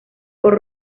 por